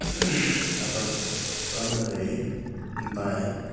आबादफ्रा मोजां जायो ओमफ्राय